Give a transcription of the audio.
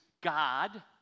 God